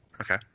okay